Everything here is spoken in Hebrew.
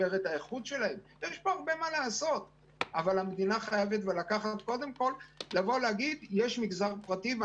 יש הרבה מה לעשות אבל המדינה חייבת להתייחס למגזר הזה.